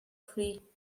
free